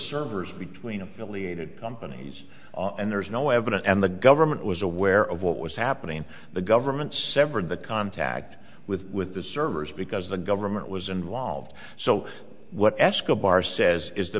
servers between affiliated companies and there is no evidence and the government was aware of what was happening the government severed the contact with the servers because the government was involved so what escobar says is the